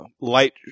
light